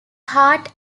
heart